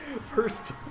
first